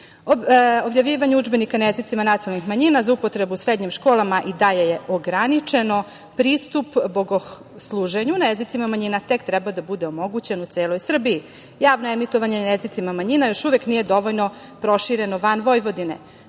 srpskog. Objavljivanje udžbenika na jezicima nacionalnih manjina, za upotrebu u srednjim školama i dalje je ograničeno, pristup bogosluženju na jezicima manjina tek treba da bude omogućeno u celoj Srbiji. Javno emitovanje na jezicima manjina još uvek nije dovoljno prošireno, van Vojvodine.